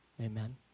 Amen